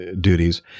duties